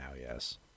yes